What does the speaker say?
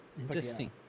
interesting